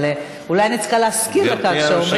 אבל אולי אני צריכה להזכיר לך שכשאומרים